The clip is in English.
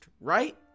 right